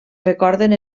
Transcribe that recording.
recorden